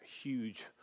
huge